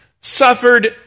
suffered